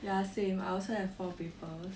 ya same I also have four papers